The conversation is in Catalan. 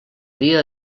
dia